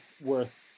worth